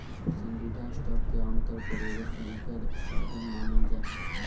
पसंदीदा स्टॉक के आमतौर पर एगो संकर साधन मानल जा हइ